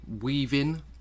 weaving